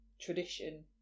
tradition